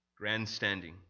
grandstanding